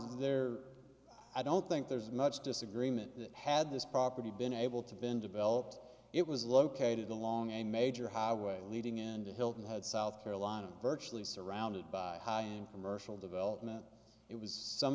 there i don't think there's much disagreement that had this property been able to been developed it was located along a major highway leading into hilton head south carolina virtually surrounded by high end commercial development it was some